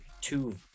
two